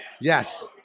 Yes